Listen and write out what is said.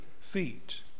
feet